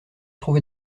trouvé